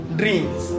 dreams